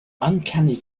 uncanny